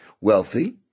wealthy